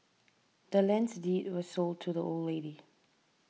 the land's deed was sold to the old lady